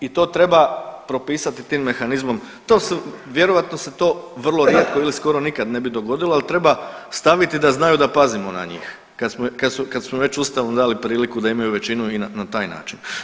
I to treba propisati tim mehanizmom, to su, vjerojatno se to vrlo rijetko ili skoro nikad ne bi dogodilo ali treba staviti da znaju da pazimo na njih kad su već ustavu dali priliku da imaju većinu i na taj način.